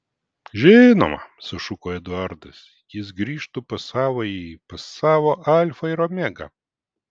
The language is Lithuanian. žinoma sušuko eduardas jis grįžtų pas savąjį pas savo alfą ir omegą